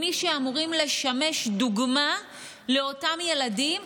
עם מי שאמורים לשמש דוגמה לאותם ילדים.